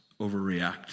overreact